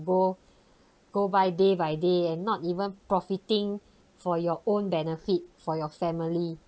go go by day by day and not even profiting for your own benefit for your family